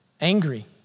angry